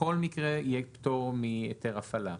יהיה פטור מהיתר הפעלה.